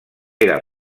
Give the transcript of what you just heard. era